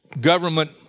government